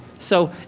so,